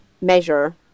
measure